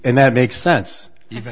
and that makes sense even